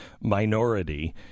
Minority